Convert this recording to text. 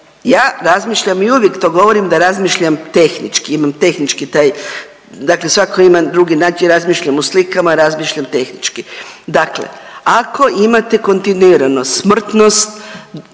ja razmišljam i uvijek to govorim da razmišljam tehnički, imam tehnički taj dakle svako ima drugi način razmišljam u slikama, razmišljam tehnički, dakle ako imate kontinuirano smrtnost